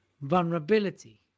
Vulnerability